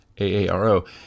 AARO